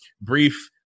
brief